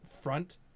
front